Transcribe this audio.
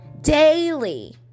Daily